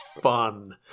fun